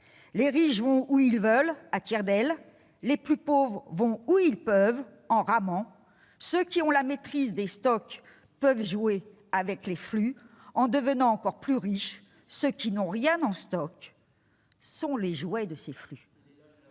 les riches vont où ils veulent à tire-d'aile, les plus pauvres vont où ils peuvent en ramant, ceux qui ont la maîtrise des stocks [...] peuvent jouer avec les flux en devenant encore plus riches, ceux qui n'ont rien en stock sont les jouets des flux.